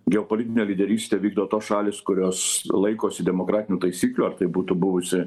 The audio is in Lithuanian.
geopolitinę lyderystę vykdo tos šalys kurios laikosi demokratinių taisyklių ar tai būtų buvusi